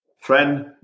friend